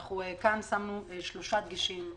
שמנו כאן שלושה דגשים.